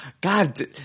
God